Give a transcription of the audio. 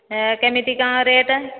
କେମିତି କ'ଣ ରେଟ